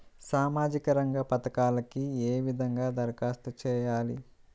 సామాజిక రంగ పథకాలకీ ఏ విధంగా ధరఖాస్తు చేయాలి?